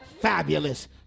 fabulous